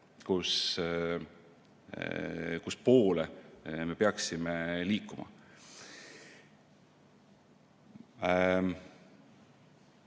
kuhupoole me peaksime liikuma.